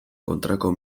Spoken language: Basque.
kontrako